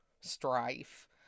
strife